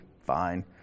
Fine